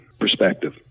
perspective